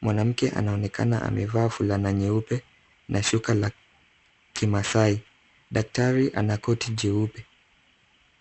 Mwanamke anaonekana amevaa fulana nyeupe na shuka la kimaasai. Daktari ana koti jeupe.